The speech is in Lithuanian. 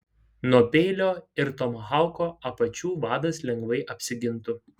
nuo peilio ir tomahauko apačių vadas lengvai apsigintų